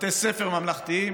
בתי ספר ממלכתיים,